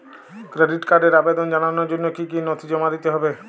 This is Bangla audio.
ক্রেডিট কার্ডের আবেদন জানানোর জন্য কী কী নথি জমা দিতে হবে?